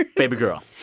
ah baby girl,